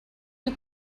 you